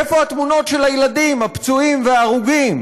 איפה התמונות של הילדים הפצועים וההרוגים?